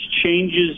changes